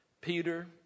Peter